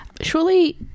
Surely